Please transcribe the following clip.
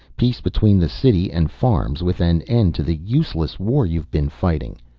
peace between the city and farms, with an end to the useless war you have been fighting.